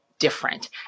Different